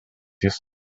jis